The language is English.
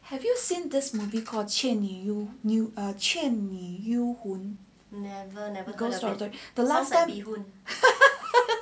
have you seen this movie called 倩女幽魂 err 倩女幽魂